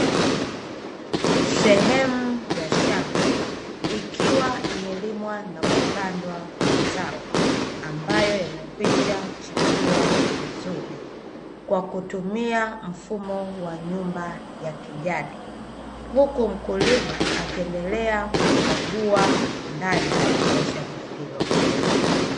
Sehemu ya shamba ikiwa imelimwa na kupandwa mazao ambayo yamekwisha chipua vizuri, kwa kutumia mfumo wa nyumba ya kijani huku mkulima akiendelea kukagua ndani ya shamba hilo.